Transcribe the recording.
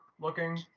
looking